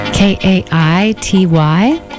K-A-I-T-Y